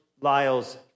Lyle's